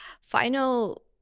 final